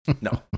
No